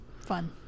Fun